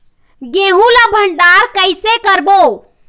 गेहूं ला भंडार कई से करबो?